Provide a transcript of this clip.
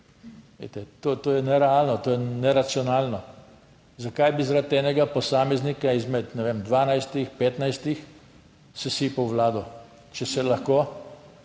to je nerealno, to je neracionalno. Zakaj bi zaradi enega posameznika izmed, ne vem, 12, 15 sesipal vlado, če se lahko